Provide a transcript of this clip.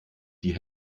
die